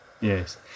Yes